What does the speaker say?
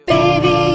baby